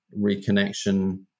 reconnection